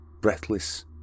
breathless